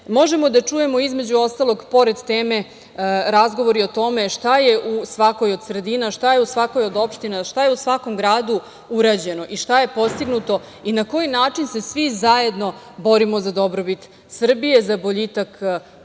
možemo da čujemo, između ostalog, pored teme razgovore o tome šta je u svakoj sredina, šta je u svakoj od opština, šta je u svakom gradu urađeno i šta je postignuto i na koji način se svi zajedno borimo za dobrobit Srbije, za boljitak koji